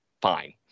fine